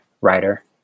writer